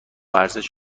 ارزش